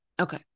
Okay